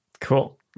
Cool